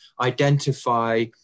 identify